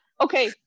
okay